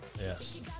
Yes